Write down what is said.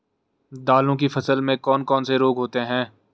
दालों की फसल में कौन कौन से रोग होते हैं?